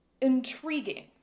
Intriguing